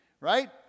right